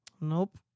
Nope